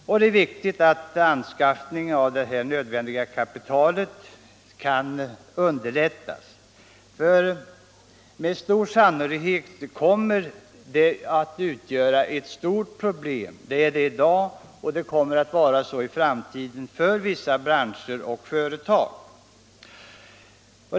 Det är också viktigt att anskaffningen av det nödvändiga kapitalet kan underlättas. Med stor sannolikhet kommer den anskaffningen, liksom förhållandet är i dag, att i framtiden utgöra ett stort problem för vissa företag och branscher.